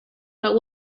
but